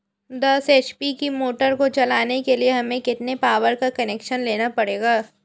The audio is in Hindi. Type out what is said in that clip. दस एच.पी की मोटर को चलाने के लिए हमें कितने पावर का कनेक्शन लेना पड़ेगा?